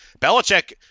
Belichick